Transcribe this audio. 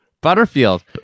Butterfield